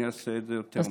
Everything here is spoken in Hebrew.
אני אעשה את זה יותר מהר.